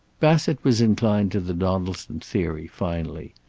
bassett was inclined to the donaldson theory, finally.